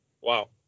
Wow